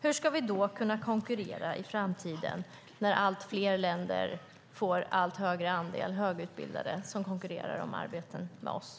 Hur ska vi då kunna konkurrera i framtiden, när allt fler länder får allt högre andel högutbildade som konkurrerar med oss om arbeten?